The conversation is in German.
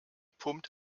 pumpt